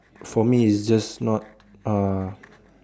for me is just not uh